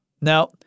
Now